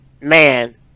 Man